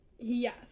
Yes